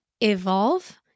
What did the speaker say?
evolve